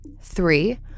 three